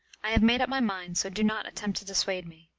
i have made up my mind, so do not attempt to dissuade me.